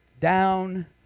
Down